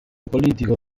politico